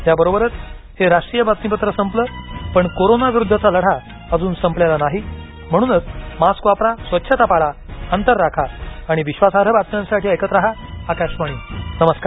याबरोबरच हे राष्ट्रीय बातमीपत्र संपलं पण कोरोनाविरुद्धचा लढा अजून संपलेला नाही म्हणूनच मास्क वापरा स्वच्छता पाळा अंतर राखा आणि विश्वासार्ह बातम्यांसाठी ऐकत राहा आकाशवाणी नमस्कार